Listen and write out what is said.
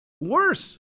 Worse